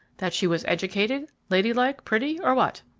that she was educated, lady-like, pretty, or what?